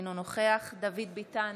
אינו נוכח דוד ביטן,